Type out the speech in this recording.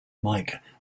mike